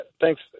thanks